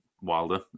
Wilder